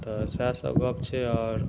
तऽ सएह सब गप छै आओर